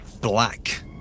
black